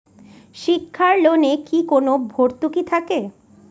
শিক্ষার লোনে কি কোনো ভরতুকি থাকে?